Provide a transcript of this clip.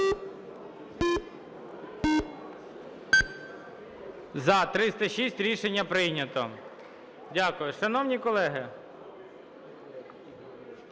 За-306 Рішення прийнято. Дякую. Шановні колеги,